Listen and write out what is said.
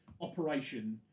operation